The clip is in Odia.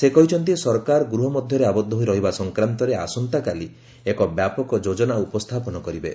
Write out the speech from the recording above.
ସେ କହିଚ୍ଚନ୍ତି ସରକାର ଗୃହ ମଧ୍ୟରେ ଆବଦ୍ଧ ହୋଇ ରହିବା ସଂକ୍ରାନ୍ତରେ ଆସନ୍ତାକାଲି ଏକ ବ୍ୟାପକ ଯୋଜନା ଉପସ୍ଥାପନ କରିବେ